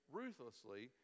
ruthlessly